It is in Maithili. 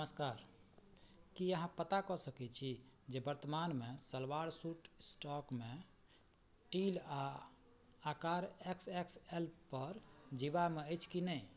नमस्कार की अहाँ पता कऽ सकय छी जे वर्तमानमे सलवार सूट स्टॉकमे टील आओर आकार एक्स एक्स एल पर जीवामे अछि कि नहि